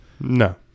No